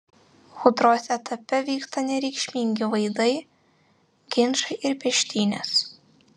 audros etape vyksta nereikšmingi vaidai ginčai ir peštynės